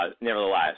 Nevertheless